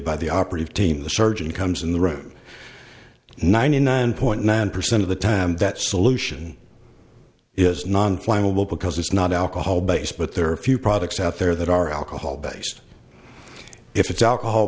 by the operative team the surgeon comes in the room ninety nine point nine percent of the time that solution is non flammable because it's not alcohol based but there are a few products out there that are alcohol based if it's alcohol